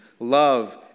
love